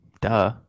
Duh